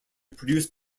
produced